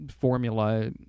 formula